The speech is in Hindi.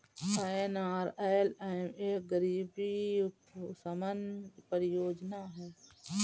एन.आर.एल.एम एक गरीबी उपशमन परियोजना है